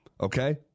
Okay